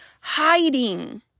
hiding